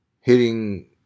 hitting